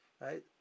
right